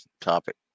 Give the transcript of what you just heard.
topic